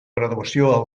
graduació